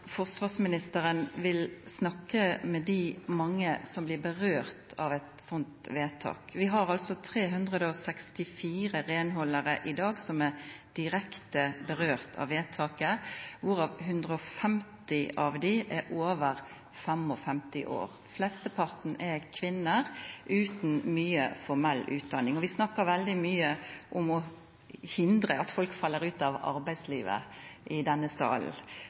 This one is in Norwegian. forsvarsministeren vil snakke med de mange som blir berørt av et sånt vedtak. Vi har altså 364 renholdere i dag som er direkte berørt av vedtaket, hvorav 150 av dem er over 55 år. Flesteparten er kvinner uten mye formell utdanning. Vi snakker veldig mye i denne salen om å hindre at folk faller ut av arbeidslivet,